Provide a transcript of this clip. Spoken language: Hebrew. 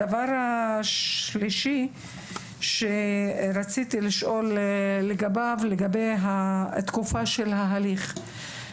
הדבר השלישי שרציתי לשאול זה לגבי התקופה של ההליך.